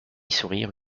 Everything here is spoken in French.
sourire